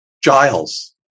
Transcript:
giles